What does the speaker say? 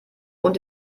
und